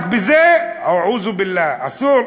רק בזה (בערבית: ישמרני אלוהים) אסור.